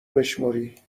بشمری